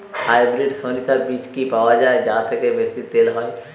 Hybrid শরিষা বীজ কি পাওয়া য়ায় যা থেকে বেশি তেল হয়?